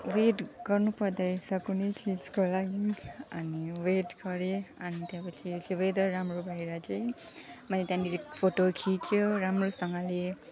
weight गर्नु पर्दो रहेछ कुनै चिजको लागि अनि वेट गरेँ अनि त्यहाँपछि वेदर राम्रो भएर चाहिँ मैले त्यहाँनिर फोटो खिच्यो राम्रोसँगले